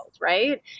right